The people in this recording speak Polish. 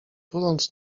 tuląc